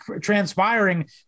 transpiring